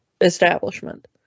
establishment